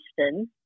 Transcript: Austin